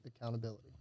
accountability